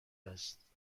است